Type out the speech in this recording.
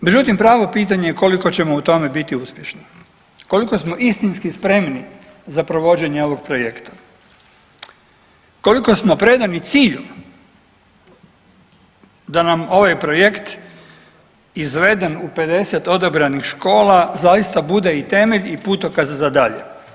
Međutim, pravo je pitanje koliko ćemo u tome biti uspješni, koliko smo istinski spremni za provođenje ovog projekta, koliko smo predani cilju da nam ovaj projekt izveden u 50 odabranih škola zaista bude i temelj i putokaz za dalje.